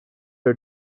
are